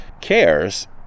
cares